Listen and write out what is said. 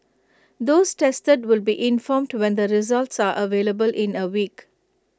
those tested will be informed to when the results are available in A week